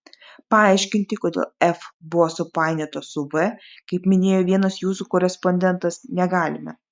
paaiškinti kodėl f buvo supainiota su v kaip minėjo vienas jūsų korespondentas negalime